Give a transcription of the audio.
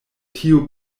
tio